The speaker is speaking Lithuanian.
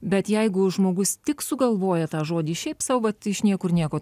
bet jeigu žmogus tik sugalvoja tą žodį šiaip sau vat iš niekur nieko